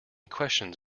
questions